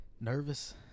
nervous